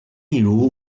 例如